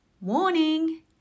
Warning